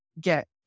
get